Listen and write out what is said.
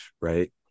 right